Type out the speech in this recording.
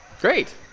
Great